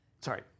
Sorry